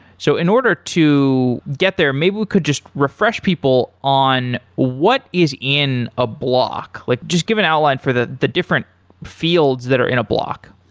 so in order to get there, maybe we could just refresh people on what is in a block, like just give an outline for the the different fields that are in a block.